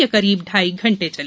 ये करीब ढाई घंटे चली